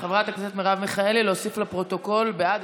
חברת הכנסת מרב מיכאלי, להוסיף לפרוטוקול בעד.